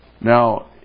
Now